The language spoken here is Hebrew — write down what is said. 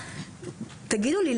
תגידו לי,